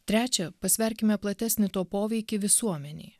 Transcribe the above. trečia pasverkime platesnį to poveikį visuomenei